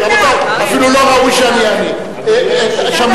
לא, יש פה אנשים ששירתו את המדינה.